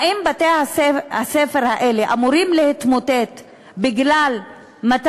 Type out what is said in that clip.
האם בתי-הספר האלה אמורים להתמוטט בגלל 200